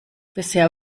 bisher